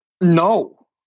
No